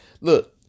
look